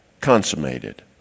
consummated